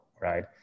right